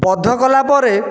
ବଧ କଲା ପରେ